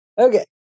Okay